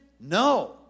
No